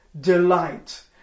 delight